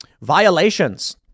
Violations